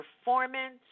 performance